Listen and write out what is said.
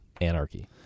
anarchy